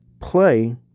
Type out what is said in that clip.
Play